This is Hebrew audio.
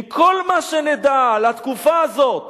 אם כל מה שנדע על התקופה הזאת